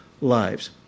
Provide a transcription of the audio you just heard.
lives